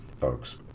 folks